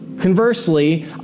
conversely